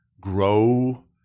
grow